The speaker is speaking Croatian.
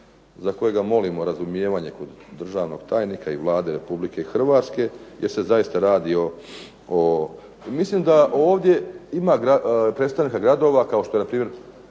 za kojega molimo razumijevanje kod državnog tajnika i Vlade Republike Hrvatske jer se zaista radi o, mislim da ovdje ima predstavnika gradova kao što je na primjer